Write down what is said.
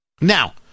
Now